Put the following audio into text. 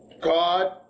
God